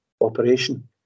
operation